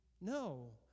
No